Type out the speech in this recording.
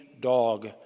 dog